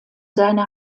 seiner